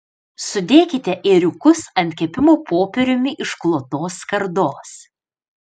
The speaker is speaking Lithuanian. sudėkite ėriukus ant kepimo popieriumi išklotos skardos